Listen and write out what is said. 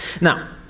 Now